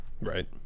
Right